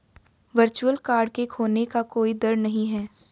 virtual card के खोने का कोई दर नहीं है